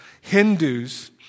Hindus